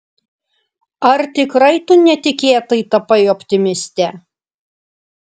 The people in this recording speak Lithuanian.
ar tikrai tu netikėtai tapai optimiste